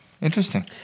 Interesting